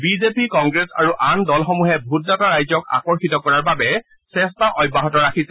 BJP Congress আৰু আন দলসমূহে ভোটদাতা ৰাইজক আকৰ্ষিত কৰাৰ বাবে চেষ্টা অব্যাহত ৰাখিছে